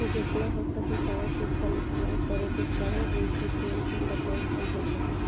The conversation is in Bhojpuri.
जेतना हो सके कागज के कम इस्तेमाल करे के चाही, जेइसे पेड़ के कटाई कम हो सके